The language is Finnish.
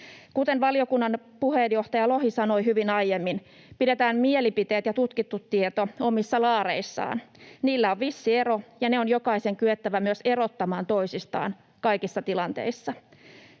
Kuten valiokunnan puheenjohtaja Lohi sanoi hyvin aiemmin, pidetään mielipiteet ja tutkittu tieto omissa laareissaan. Niillä on vissi ero, ja ne on jokaisen kyettävä myös erottamaan toisistaan kaikissa tilanteissa.